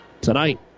tonight